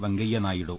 Venkaiah Naidu